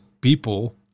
people